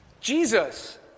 Jesus